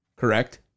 Correct